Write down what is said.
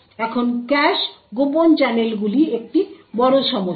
এখন cash covert চ্যানেলগুলি একটি বড় সমস্যা